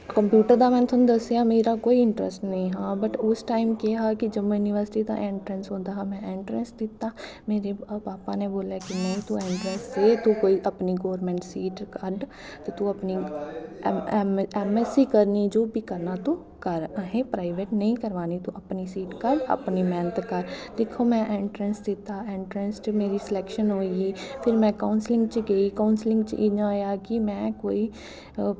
computer दा में तुसेंगी दस्सेआ मेरा कोई इंट्रस्ट नेईं हा बट उस टाइम केह् हा कि जम्मू युनिवर्सटी दा ऐंट्रैस होंदा हा में ऐंट्रैस दित्ता मेरे पापा ने बोलेआ कि नेईं तूं ऐंट्रैस दे तूं अपनी कोई गौरमैंट सीट कड्ड ते तूं अपनी ऐम ऐम ऐस सी जो बी करना ऐ तूं कर असें प्राइवेट नेईं करवानी तूं अपनी सीट कड्ड अपनी मैह्नत कर दिक्खो में ऐंट्रैंस दित्ता ऐंट्रैस च मेरी स्लैक्शन होई गेई फिर कौंसलिंग च गेई कौंसलिंग च इ'यां होएआ कि में कोई